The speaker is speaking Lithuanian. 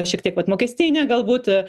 šiek tiek vat mokestinė galbūt